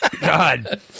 God